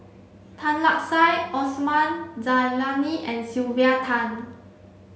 Tan Lark Sye Osman Zailani and Sylvia Tan